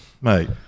Mate